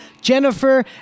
Jennifer